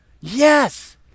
Yes